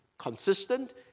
consistent